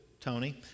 Tony